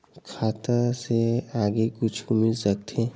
खाता से आगे कुछु मिल सकथे?